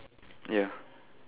ya